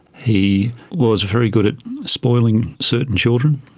he was very good at spoiling certain children,